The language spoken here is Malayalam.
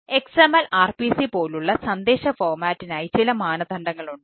XML RPC പോലുള്ള സന്ദേശ ഫോർമാറ്റിനായി ചില മാനദണ്ഡങ്ങളുണ്ട്